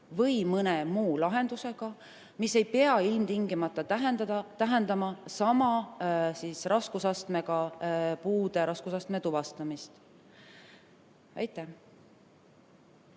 või mõne muu lahendusega, mis ei pea ilmtingimata tähendama sama raskusastmega puude tuvastamist. Nii,